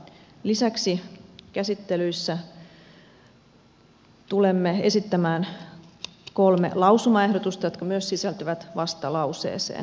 lisäksi käsittelyissä tulemme esittämään kolme lausumaehdotusta jotka myös sisältyvät vastalauseeseen